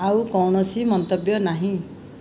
ଆଉ କୌଣସି ମନ୍ତବ୍ୟ ନାହିଁ